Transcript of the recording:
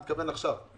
אתה מתכוון עכשיו.